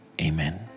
Amen